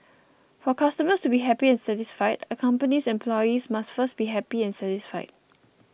for customers to be happy and satisfied a company's employees must first be happy and satisfied